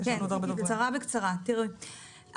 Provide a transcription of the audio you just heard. תראו,